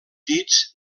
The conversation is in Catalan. dits